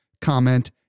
comment